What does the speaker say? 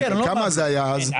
כמה זה היה אז?